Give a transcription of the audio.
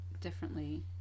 differently